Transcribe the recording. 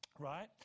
right